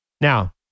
Now